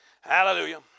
hallelujah